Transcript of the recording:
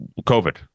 COVID